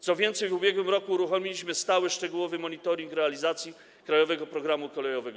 Co więcej, w ubiegłym roku uruchomiliśmy stały, szczegółowy monitoring realizacji „Krajowego programu kolejowego”